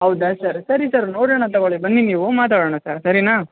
ಹೌದ ಸರ್ ಸರಿ ಸರ್ ನೋಡೋಣ ತಗೋಳ್ಳಿ ಬನ್ನಿ ನೀವು ಮಾತಾಡೋಣ ಸರ್ ಸರಿನಾ